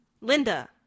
linda